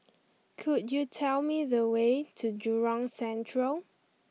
could you tell me the way to Jurong Central